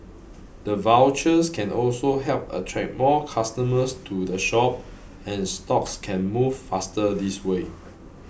the vouchers can also help attract more customers to the shop and stocks can move faster this way